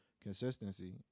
consistency